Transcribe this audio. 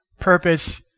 purpose